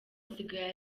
asigaye